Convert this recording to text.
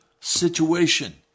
situation